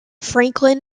franklin